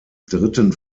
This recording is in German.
dritten